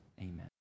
Amen